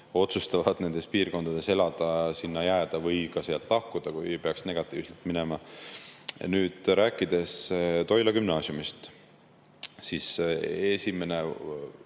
otsustavad nendes piirkondades elada, sinna jääda või sealt lahkuda, kui peaks negatiivselt minema. Rääkides Toila Gümnaasiumist, siis esimene